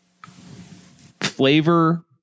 flavor